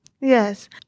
yes